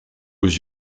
aux